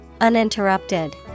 Uninterrupted